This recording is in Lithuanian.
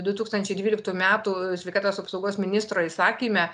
du tūkstančiai dvyliktų metų sveikatos apsaugos ministro įsakyme